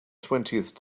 twentieth